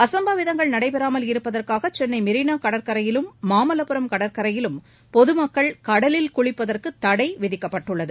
அசம்பாவிதங்கள் நடைபெறாமல் இருப்பதற்காக சென்னை மெரினா கடற்கரையிலும் மாமல்லபுரம் கடற்கரையிலும் பொதுமக்கள் கடலில் குளிப்பதற்கு தடை விதிக்கப்பட்டுள்ளது